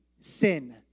sin